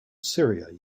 syria